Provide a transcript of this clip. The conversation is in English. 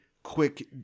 Quick